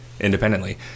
independently